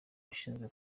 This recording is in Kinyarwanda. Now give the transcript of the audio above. ushinzwe